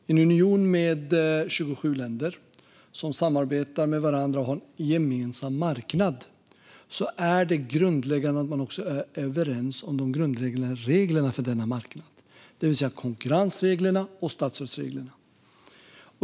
I en union med 27 länder som samarbetar med varandra och har en gemensam marknad är det grundläggande att man är överens om de grundläggande reglerna för denna marknad, det vill säga konkurrensreglerna och statsstödsreglerna.